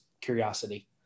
curiosity